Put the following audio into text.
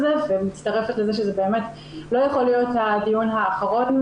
זה ומצטרפת לזה שזה באמת לא יכול להיות הדיון האחרון,